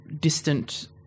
distant